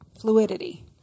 Fluidity